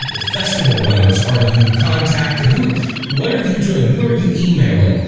festival runners. are you contact? who what are you doing? who are you emailing?